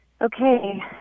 Okay